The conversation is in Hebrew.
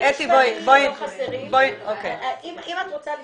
אם את רוצה לשמוע,